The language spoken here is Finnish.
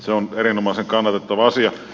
se on erinomaisen kannatettava asia